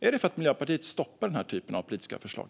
Är det för att Miljöpartiet stoppar den typen av politiska förslag?